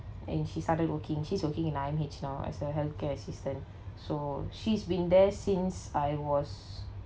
and she started working she's working at I_M_H now as a healthcare assistant so she's been there since I was